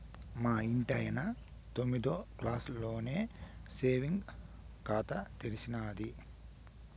మా ఇంటాయన తొమ్మిదో క్లాసులోనే సేవింగ్స్ ఖాతా తెరిచేసినాది